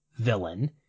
villain